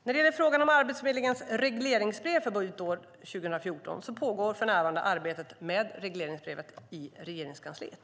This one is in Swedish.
När det gäller frågan om Arbetsförmedlingens regleringsbrev för budgetåret 2014 pågår för närvarande arbetet med regleringsbrevet i Regeringskansliet.